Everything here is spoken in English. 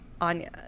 Anya